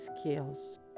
skills